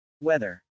weather